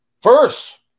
First